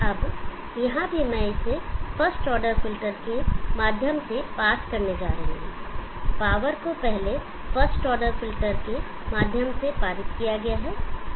अब यहां भी मैं इसे फर्स्ट ऑर्डर फिल्टर के माध्यम से पास करने जा रहा हूं पावर को पहले फर्स्ट ऑर्डर फिल्टर के माध्यम से पारित किया गया है